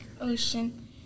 Ocean